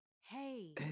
Hey